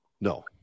No